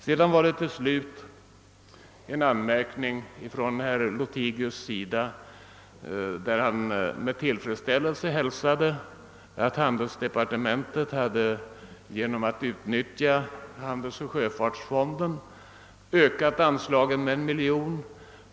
Herr Lothigius hälsade med tillfredsställelse att handelsdepartementet genom att utnyttja handelsoch sjöfartsfonden hade ökat anslagen med 1 miljon kronor.